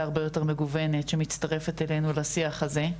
הרבה יותר מגוונת שמצטרפת אלינו לשיח הזה,